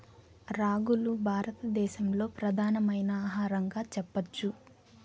రాగులు భారత దేశంలో ప్రధానమైన ఆహారంగా చెప్పచ్చు